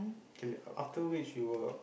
k after which you will